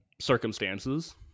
circumstances